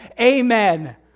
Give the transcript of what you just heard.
Amen